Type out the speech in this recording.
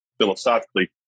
philosophically